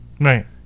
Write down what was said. right